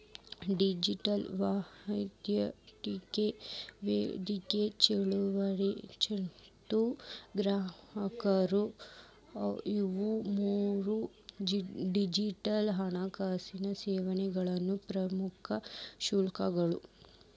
digital ವಹಿವಾಟಿನ ವೇದಿಕೆ ಚಿಲ್ಲರೆ ಏಜೆಂಟ್ಗಳು ಮತ್ತ ಗ್ರಾಹಕರು ಇವು ಮೂರೂ ಡಿಜಿಟಲ್ ಹಣಕಾಸಿನ್ ಸೇವೆಗಳ ಪ್ರಮುಖ್ ಅಂಶಗಳು